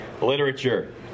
Literature